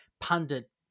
pundit